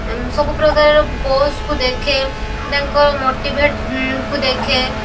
ସବୁ ପ୍ରକାରର ପୋଜ୍କୁ ଦେଖେ ତାଙ୍କର ମୋଟିଭେଟ୍କୁ ଦେଖେ